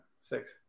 six